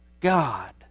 God